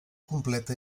completa